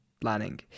planning